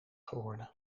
geworden